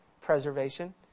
preservation